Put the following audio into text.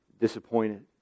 disappointed